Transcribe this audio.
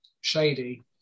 shady